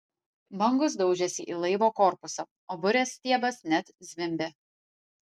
bangos daužėsi į laivo korpusą o burės stiebas net zvimbė